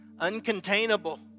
uncontainable